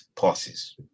passes